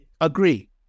agree